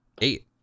Eight